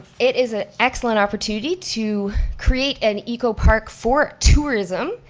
it is an excellent opportunity to create an eco-park for tourism.